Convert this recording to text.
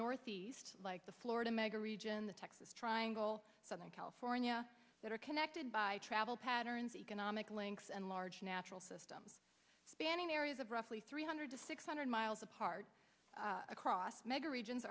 northeast like the florida mega region the texas trying all southern california that are connected by travel patterns economic links and large natural systems spanning areas of roughly three hundred to six hundred miles apart across mega regions